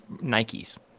Nike's